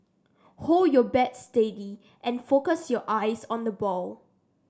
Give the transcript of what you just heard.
hold your bat steady and focus your eyes on the ball